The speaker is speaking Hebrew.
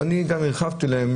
ואני גם הרחבנו לכם,